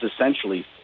essentially